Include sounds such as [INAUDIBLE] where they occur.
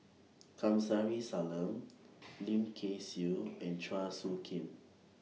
Kamsari Salam [NOISE] Lim Kay Siu [NOISE] and Chua Soo Khim